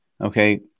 Okay